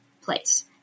place